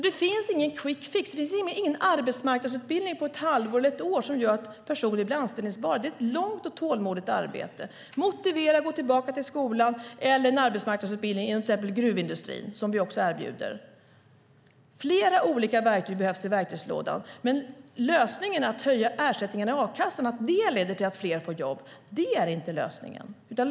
Det finns ingen quick fix. Det finns ingen arbetsmarknadsutbildning på ett halvår eller ett år som gör att personer blir anställbara. Det är ett långt och tålmodigt arbete. Motivera! Gå tillbaka till skolan eller till en arbetsmarknadsutbildning, till exempel inom gruvindustrin! Det erbjuder vi också. Flera olika verktyg behövs i verktygslådan. Att höja ersättningen i a-kassan är inte lösningen. Det leder inte till att fler får jobb.